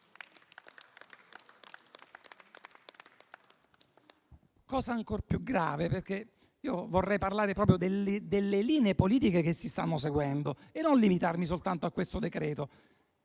Cosa ancor più grave, perché io vorrei parlare proprio delle linee politiche che si stanno seguendo e non limitarmi soltanto a questo decreto-legge,